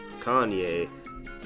Kanye